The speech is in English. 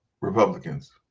Republicans